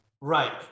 Right